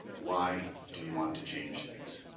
why do you want to change things?